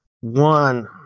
one